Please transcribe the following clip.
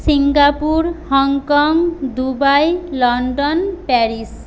Singapore Hong Kong Dubai London Paris